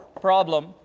problem